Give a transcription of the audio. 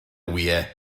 wyau